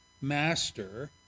master